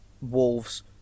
Wolves